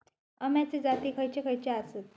अम्याचे जाती खयचे खयचे आसत?